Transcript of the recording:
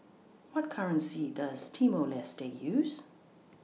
What currency Does Timor Leste use